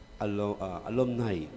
alumni